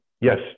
yes